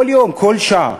כל יום, כל שעה.